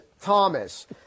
Thomas